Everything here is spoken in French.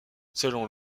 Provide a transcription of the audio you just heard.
selon